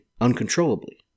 uncontrollably